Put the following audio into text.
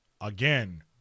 Again